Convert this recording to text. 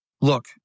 Look